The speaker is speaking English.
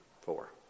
four